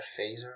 phaser